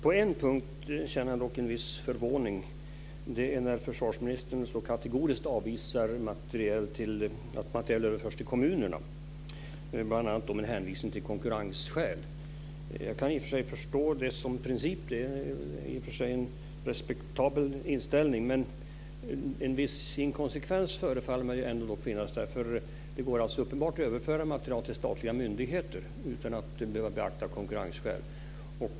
På en punkt känner jag dock en viss förvåning. Det är när försvarsministern så kategoriskt avvisar att materiel överförs till kommunerna, bl.a. med hänvisning till konkurrensskäl. Jag kan i och för sig förstå det som princip. Det är en respektabel inställning. Men en viss inkonsekvens förefaller mig ändå att finnas där, för det går uppenbart att överföra materiel till statliga myndigheter utan att behöva beakta konkurrensskäl.